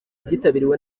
byitabiriwe